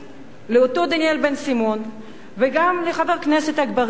לא מזמן היתה הפגנה של ערבים שמבקשים למנוע כניסת יהודים ליפו,